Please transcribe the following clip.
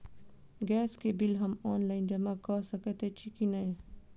Gas केँ bill हम online जमा कऽ सकैत छी की नै?